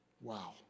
Wow